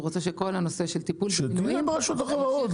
הוא רוצה שכל הנושא של טיפול במינויים --- שתהיה ברשות החברות,